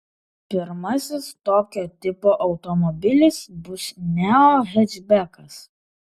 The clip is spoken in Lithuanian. pirmasis tokio tipo automobilis bus neo hečbekas